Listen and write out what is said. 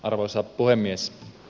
arvoisa puhemies